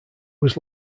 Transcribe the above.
was